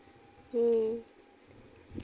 ᱦᱮᱸ